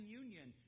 union